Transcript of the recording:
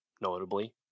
notably